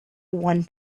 one